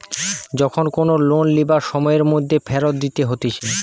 যখন কোনো লোন লিবার সময়ের মধ্যে ফেরত দিতে হতিছে